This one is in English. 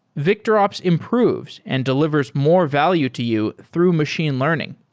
victorops improves and delivers more value to you through machine learning.